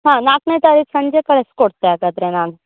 ಹಾಂ ನಾಲ್ಕ್ನೇ ತಾರೀಕು ಸಂಜೆ ಕಳಿಸ್ಕೊಡ್ತೆ ಹಾಗಾದ್ರೆ ನಾನು